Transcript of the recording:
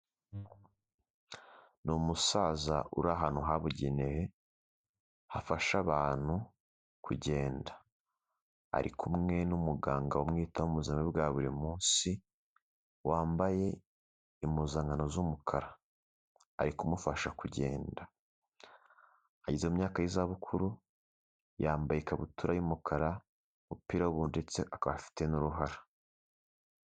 Ni umusaza uri ahantu habugenewe, hafasha abantu kugenda, ari kumwe n'umuganga umwitaho mu buzima bwe buri munsi wambaye impuzankano z'umukara arimufasha kugenda, ari mu myaka y'izabukuru yambaye ikabutura y'umukara, umupira y'ubururu ndetse akaba afite n'uruhara.